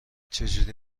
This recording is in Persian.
چجوری